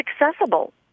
accessible